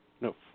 No